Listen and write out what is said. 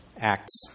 Acts